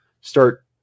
start